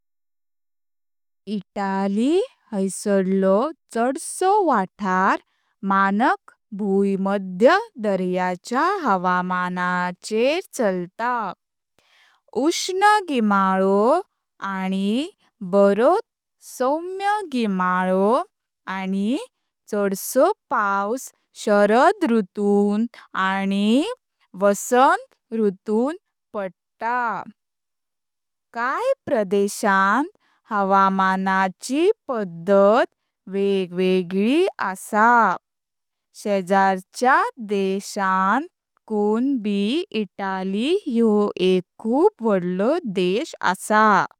इटाली हासारलो छडसो वाटार मानक भुयमध्य दरयाच्या हवामांचेर चलता। उष्ण गिमाळो आनी बारोत सौम्य गिमाळो आनी छडसो पावस शरद ऋतूंत आनी वसंत ऋतूंत पडता, काय प्रदेशांत हवामानाची पद्धत वेगवेगळी आहे। शेजारच्या देशांकून बी इटाली ह्यो एक खूप व्होडलो देश आहे।